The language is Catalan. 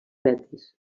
betis